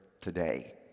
today